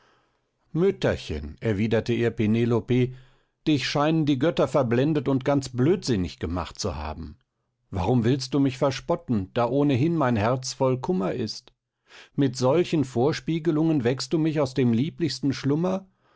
mütterchen erwiderte ihr penelope dich scheinen die götter verblendet und ganz blödsinnig gemacht zu haben warum willst du mich verspotten da ohnehin mein herz voll von kummer ist mit solchen vorspiegelungen weckst du mich aus dem lieblichsten schlummer